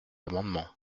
amendement